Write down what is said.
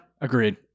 agreed